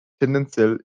tendenziell